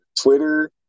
Twitter